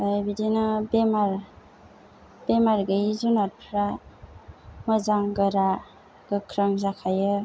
आमफ्राय बिदिनो बेमार बेमार गैयै जुनारफ्रा मोजां गोरा गोख्रों जाखायो